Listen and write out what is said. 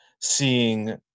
seeing